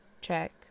check